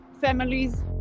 families